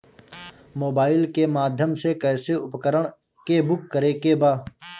Mobile के माध्यम से कैसे उपकरण के बुक करेके बा?